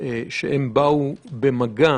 שהם באו במגע